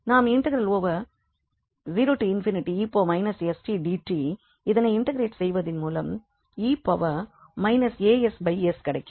நாம் ∫∞ 𝑒−𝑠t dt இதனை integrate செய்வதன் மூலம் e ass கிடைக்கும்